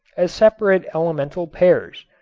as separate elemental pairs,